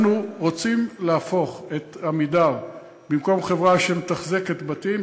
אנחנו רוצים להפוך את "עמידר" במקום חברה שמתחזקת בתים,